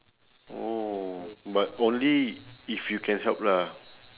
orh but only if you can help lah